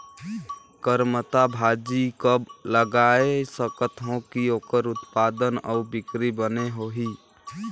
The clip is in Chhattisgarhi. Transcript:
करमत्ता भाजी कब लगाय सकत हो कि ओकर उत्पादन अउ बिक्री बने होही?